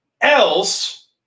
else